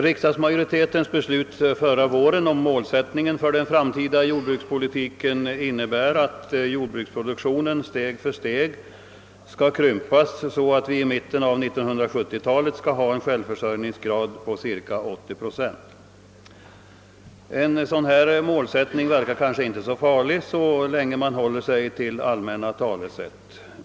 Riksdagsmajoritetens beslut förra våren om målsättningen för den framtida jordbrukspolitiken innebär att jordbruksproduktionen steg för steg skall krympas så att vi i mitten av 1970-talet skall ha en självförsörjningsgrad på cirka 80 procent. En sådan målsättning verkar kanske inte så farlig så länge man håller sig till allmänna talesätt.